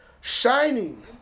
Shining